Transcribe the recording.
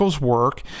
work